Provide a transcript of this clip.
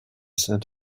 said